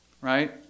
Right